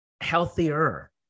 healthier